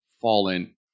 fallen